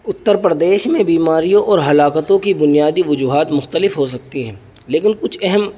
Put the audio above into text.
اتّر پردیش میں بیماریوں اور ہلاکتوں کی بنیادی وجوہات مختلف ہو سکتی ہیں لیکن کچھ اہم